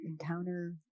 encounter